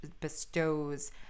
bestows